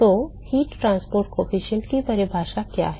तो ऊष्मा परिवहन गुणांक की परिभाषा क्या है